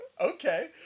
Okay